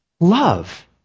love